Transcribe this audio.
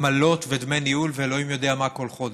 עמלות ודמי ניהול ואלוהים יודע מה כל חודש?